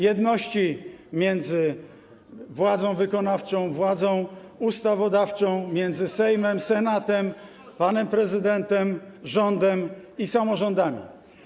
Jedności między władzą wykonawczą, władzą ustawodawczą, między Sejmem, Senatem, panem prezydentem, rządem i samorządami.